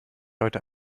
heute